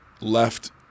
left